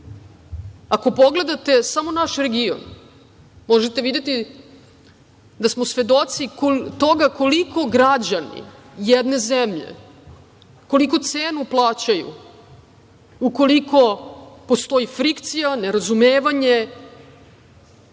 pogledate samo naš region, možete videti da smo svedoci toga koliku cenu građani jedne zemlje plaćaju ukoliko postoji frikcija, nerazumevanje,